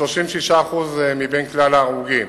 כ-36% מכלל ההרוגים.